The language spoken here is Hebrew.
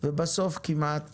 ובסוף כמעט